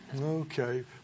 Okay